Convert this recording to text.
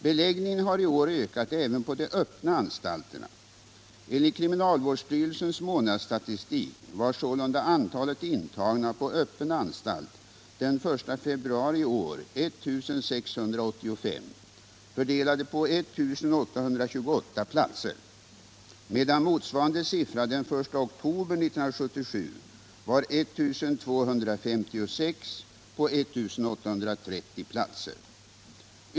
Beläggningen har i år ökat även på de öppna anstalterna. Enligt kriminalvårdsstyrelsens månadsstatistik var sålunda antalet intagna på öppen anstalt den I februari i år 1 685, fördelade på 1 828 platser, medan motsvarande siffra den I oktober 1977 var 1 256 på 1 830 platser.